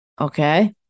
Okay